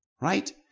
Right